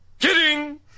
kidding